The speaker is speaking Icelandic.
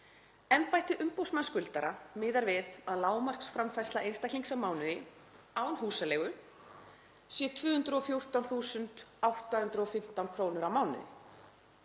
Embætti umboðsmanns skuldara miðar við að lágmarksframfærsla einstaklings á mánuði, án húsaleigu sé 214.815 krónur á mánuði.